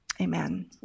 Amen